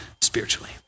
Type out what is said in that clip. spiritually